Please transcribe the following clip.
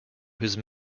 whose